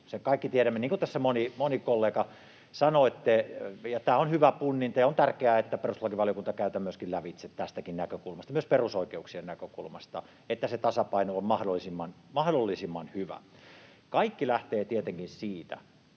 kaikki tiedämme, niin kuin tässä moni kollega sanoi. Tämä on hyvä punnita. Ja on tärkeää, että perustuslakivaliokunta käy tämän lävitse tästäkin näkökulmasta, myös perusoikeuksien näkökulmasta, että se tasapaino on mahdollisimman hyvä. Kaikki lähtee tietenkin siitä,